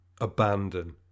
abandon